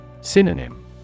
Synonym